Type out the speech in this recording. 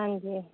ਹਾਂਜੀ